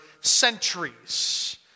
centuries